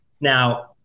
Now